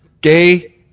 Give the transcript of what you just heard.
Gay